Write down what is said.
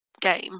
game